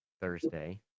thursday